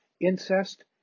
incest